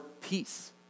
peace